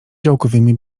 działkowymi